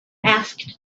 asked